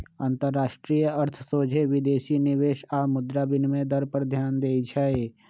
अंतरराष्ट्रीय अर्थ सोझे विदेशी निवेश आऽ मुद्रा विनिमय दर पर ध्यान देइ छै